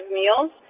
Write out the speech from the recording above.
meals